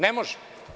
Ne može.